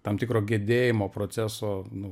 tam tikro gedėjimo proceso nu